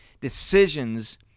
decisions